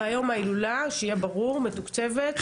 והיום ההילולה מתוקצבת ב-?